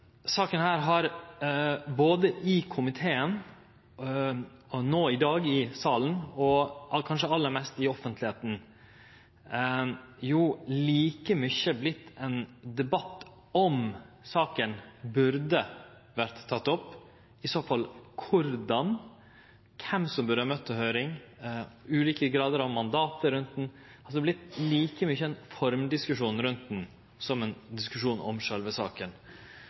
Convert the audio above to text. saka har, både i komiteen og no i dag i salen og kanskje aller mest i offentlegheita, like mykje vorte ein debatt om saka burde vore teken opp – i så fall korleis, kven som burde ha møtt til høyring, ulike grader av mandat rundt den, altså like mykje ein formdiskusjon rundt den som ein diskusjon om sjølve saka.